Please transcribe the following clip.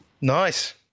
Nice